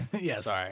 Yes